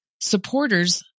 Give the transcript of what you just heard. Supporters